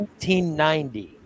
1990